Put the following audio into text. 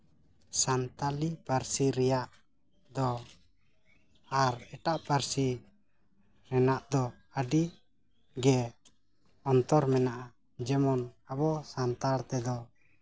ᱥᱟᱱᱛᱟᱞᱤ ᱯᱟᱹᱨᱥᱤ ᱨᱮᱭᱟᱜ ᱫᱚ ᱟᱨ ᱮᱴᱟᱜ ᱯᱟᱹᱨᱥᱤ ᱨᱮᱱᱟᱜ ᱫᱚ ᱟᱹᱰᱤ ᱜᱮ ᱚᱱᱛᱚᱨ ᱢᱮᱱᱟᱜᱼᱟ ᱡᱮᱢᱚᱱ ᱟᱵᱚ ᱥᱟᱱᱛᱟᱲ ᱛᱮᱫᱚ